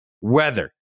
weather